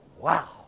wow